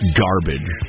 garbage